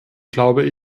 glaube